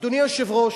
אדוני היושב-ראש,